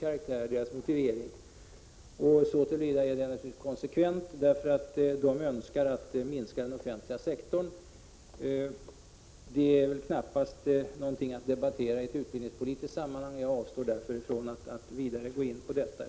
Det är naturligtvis konsekvent, eftersom moderaterna önskar minska den offentliga sektorn, men det är knappast någonting att debattera i ett utbildningspolitiskt sammanhang, och jag avstår därför från att vidare gå in på detta.